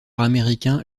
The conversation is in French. américain